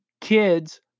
kids